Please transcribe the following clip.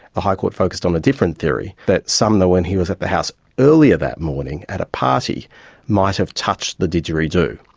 the high court focused on a different theory, that sumner, when he was at the house earlier that morning at a party might have touched the didgeridoo.